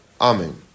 Amen